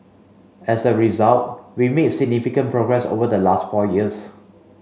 as a result we made significant progress over the last four years